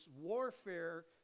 warfare